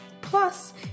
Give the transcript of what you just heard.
Plus